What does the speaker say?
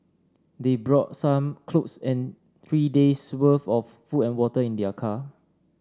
they brought some clothes and three days'worth of food and water in their car